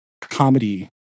comedy